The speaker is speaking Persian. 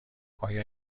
آیا